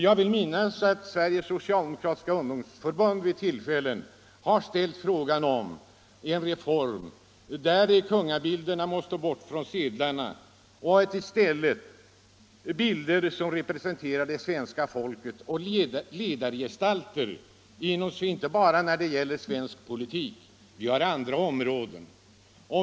Jag vill minnas att Sveriges socialdemokratiska ungdomsförbund vid något tillfälle har ställt frågan om en reform där kungabilderna måste bort från sedlarna och där bilder som representerar det svenska folket och dess ledargestalter skall komma i stället. Dessa gestalter finns inte bara inom svensk politik, vi har andra områden.